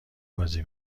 بازی